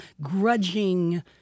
grudging